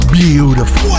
beautiful